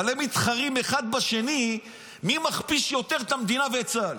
אבל הם מתחרים אחד בשני מי מכפיש יותר את המדינה ואת צה"ל.